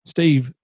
Steve